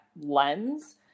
lens